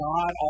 God